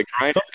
right